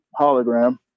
hologram